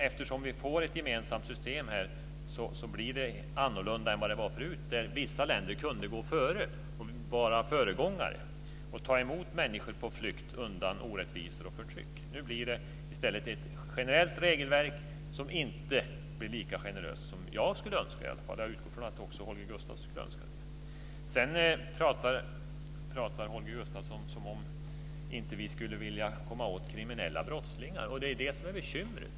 Eftersom vi får ett gemensamt system blir det annorlunda än det var förut, då vissa länder kunde gå före, vara föregångare och ta emot människor på flykt undan orättvisor och förtryck. Nu blir det i stället ett generellt regelverk som inte blir lika generöst som i alla fall jag skulle önska. Jag utgår från att också Holger Gustafsson skulle önska det. Sedan pratar Holger Gustafsson som om vi inte skulle vilja komma åt kriminella brottslingar. Det är ju det som är bekymret.